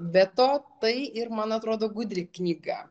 be to tai ir man atrodo gudri knyga